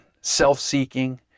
self-seeking